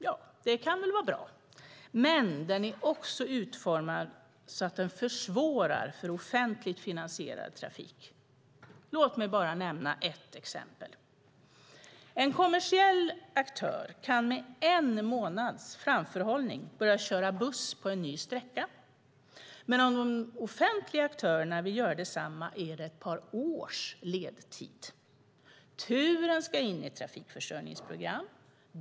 Ja, det kan väl vara bra, men den är också utformad så att den försvårar för offentligt finansierad trafik. Låt mig bara nämna ett exempel! En kommersiell aktör kan med en månads framförhållning börja köra buss på en ny sträcka, men om de offentliga aktörerna vill göra detsamma är det ett par års ledtid. Turen ska in i ett trafikförsörjningsprogram.